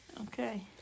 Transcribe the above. Okay